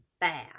bad